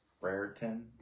Brereton